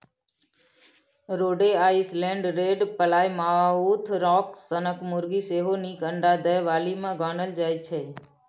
रोडे Island red, Plymouth rock सनक मुरगी सेहो नीक अंडा दय बालीमे गानल जाइ छै